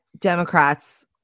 Democrats